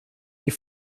die